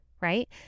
right